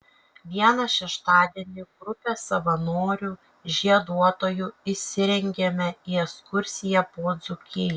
vieną šeštadienį grupė savanorių žieduotojų išsirengėme į ekskursiją po dzūkiją